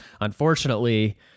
Unfortunately